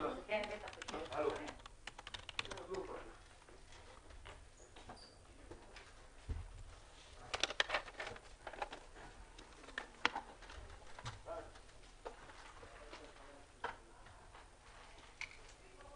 הישיבה ננעלה בשעה 15:31.